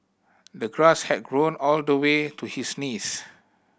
the grass had grown all the way to his knees